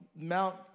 Mount